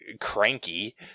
cranky